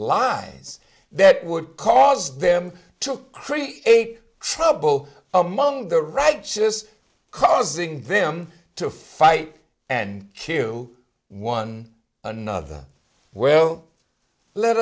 lies that would cause them to create trouble among the righteous causing them to fight and kill one another well let